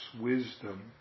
wisdom